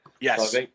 Yes